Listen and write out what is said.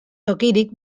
tokirik